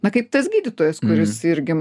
na kaip tas gydytojas kuris irgi